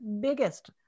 biggest